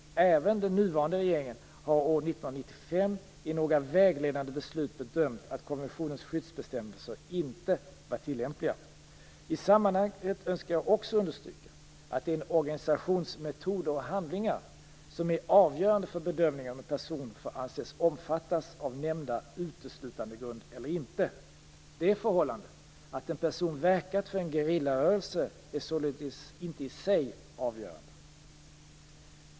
Även den nuvarande regeringen har år 1995 i några vägledande beslut bedömt att konventionens skyddsbestämmelser inte var tillämpliga. I sammanhanget önskar jag också understryka att det är en organisations metoder och handlingar som är avgörande för bedömningen om en person får anses omfattas av nämnda uteslutandegrund eller inte. Det förhållandet att en person verkat för en gerillarörelse är således inte i sig avgörande.